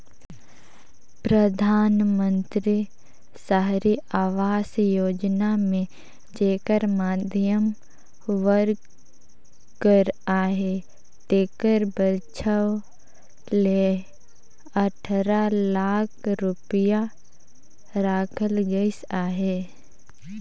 परधानमंतरी सहरी आवास योजना मे जेहर मध्यम वर्ग कर अहे तेकर बर छव ले अठारा लाख रूपिया राखल गइस अहे